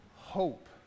hope